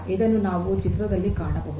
ಇದನ್ನು ನಾವು ಚಿತ್ರದಲ್ಲಿ ಕಾಣಬಹುದು